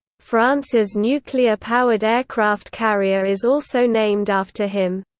france's nuclear-powered aircraft carrier is also named after him.